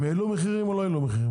הם העלו מחירים או לא העלו מחירים?